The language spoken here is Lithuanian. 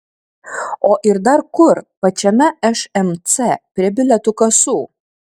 o ir dar kur pačiame šmc prie bilietų kasų